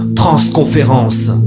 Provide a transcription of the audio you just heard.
transconférence